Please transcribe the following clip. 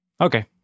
Okay